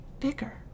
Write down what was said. bigger